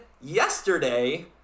yesterday